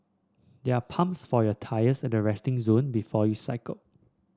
there are pumps for your tyres at the resting zone before you cycle